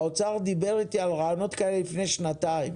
האוצר דיבר איתי על רעיונות כאלו לפני שנתיים.